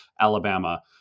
Alabama